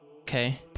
Okay